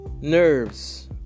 nerves